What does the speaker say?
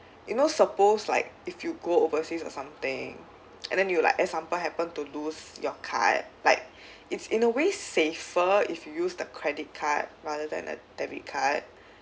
you know suppose like if you go overseas or something and then you like example happen to lose your card like it's in a way safer if you use the credit card rather than a debit card